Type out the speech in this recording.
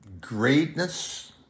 greatness